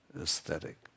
aesthetic